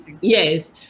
Yes